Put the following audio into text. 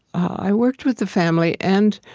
i worked with the family and,